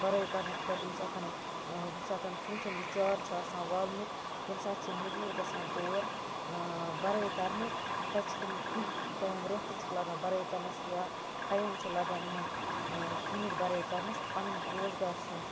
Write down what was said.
بَرٲے کَرنہٕ خٲطرٕ ییٚمہِ ساتہٕ ییٚمہِ ساتہٕ ژونٹیٚن یہِ چار چھُ آسان والنُک تمہِ ساتہٕ چھ یِم مٔزور گَژھان تور بَرٲے کَرنہِ تہٕ تَتہِ چھِ تِم کینٛہہ ٹایِم ریٚتھ تہِ چھُکھ لَگان بَرٲے کَرنَس یا ٹایِم چھُ لَگان یِمَن ژوٗنٹۍ بَرٲے کَرنَس تہٕ پَنُن روزگار چھِ یِم